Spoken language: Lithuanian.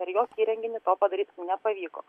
per jokį įrenginį to padaryti nepavyko